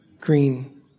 Green